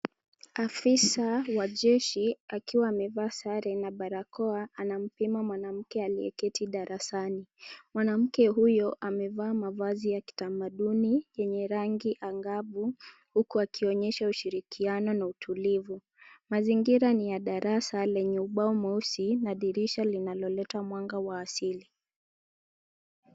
Afisa wa jeshi akiwa amevaa sare na barakoa anampima mwanamke aliyeketi darasani. Mwanamke huyo amevaa mavazi ya kitamaduni yenye rangi angavu huku akionyesha ushirikiano na utulivu. Mazingira ni ya darasa lenye ubao mweusi na dirisha linaloleta mwanga wa asili.